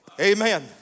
Amen